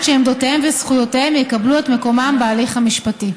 שעמדותיהם וזכויותיהם יקבלו את מקומן בהליך המשפטי.